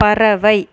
பறவை